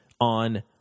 on